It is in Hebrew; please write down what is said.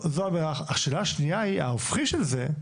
השאלה השנייה היא, ההופכי של זה,